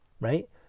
Right